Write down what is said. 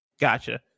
Gotcha